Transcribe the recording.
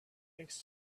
thanks